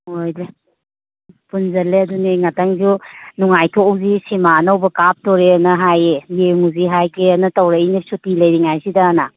ꯑꯣꯏꯗ꯭ꯔꯦ ꯄꯨꯟꯖꯜꯂꯦ ꯑꯗꯨꯅꯦ ꯉꯥꯇꯪꯁꯨ ꯅꯨꯡꯉꯥꯏꯊꯣꯛꯎꯁꯤ ꯁꯤꯃꯥ ꯑꯅꯧꯕ ꯀꯥꯞꯇꯣꯔꯦꯅ ꯍꯥꯏꯌꯦ ꯌꯦꯡꯎꯁꯤ ꯍꯥꯏꯒꯦꯅ ꯇꯧꯔꯩꯅꯤ ꯁꯨꯇꯤ ꯂꯩꯔꯤꯉꯥꯏꯁꯤꯗꯅ